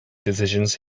decisions